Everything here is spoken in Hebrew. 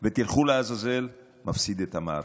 ו"תלכו לעזאזל" מפסיד במערכה,